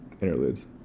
interludes